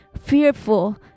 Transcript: fearful